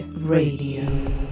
radio